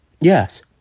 Yes